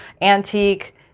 antique